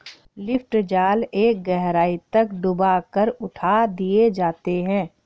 lift जाल एक गहराई तक डूबा कर उठा दिए जाते हैं